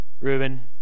Reuben